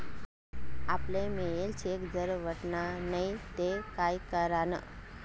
आपले मियेल चेक जर वटना नै ते काय करानं?